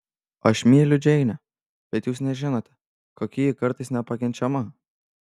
aš myliu džeinę bet jūs nežinote kokia ji kartais nepakenčiama